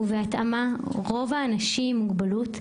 ובהתאמה רוב האנשים עם מוגבלות,